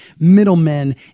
middlemen